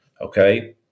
Okay